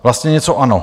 Vlastně něco ano.